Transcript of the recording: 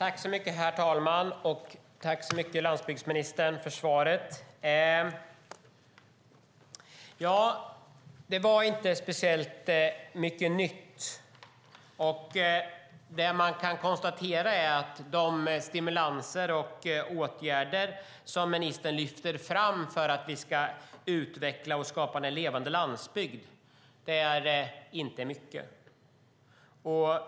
Herr talman! Tack så mycket, landsbygdsministern, för svaret! Det var inte speciellt mycket nytt. Vad man kan konstatera är att de stimulanser och åtgärder som ministern lyfter fram för att vi ska kunna skapa en levande landsbygd är inte mycket.